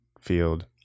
field